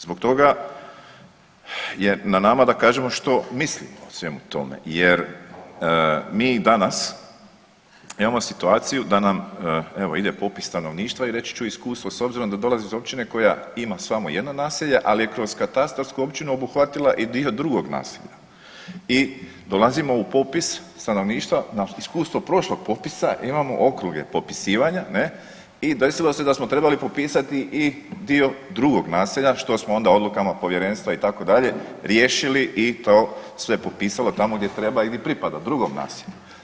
Zbog toga je na nama da kažemo što mislimo o svemu tome jer mi i danas imamo situaciju da nam, evo, ide popis stanovništva i reći ću iskustvo, s obzirom da dolazim iz općine koja ima samo jedno naselje, ali je kroz katastarsku općinu obuhvatila i dio drugog naselja i dolazimo u popis stanovništva na iskustvo prošlog popisa, imamo okruge popisivanja, ne, i desilo se da smo trebali popisati i dio drugog naselja, što smo onda odlukama povjerenstva, itd., riješili i to se popisalo tamo gdje treba ili pripada, drugom naselju.